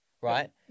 right